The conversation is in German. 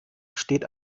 steht